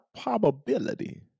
probability